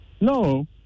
No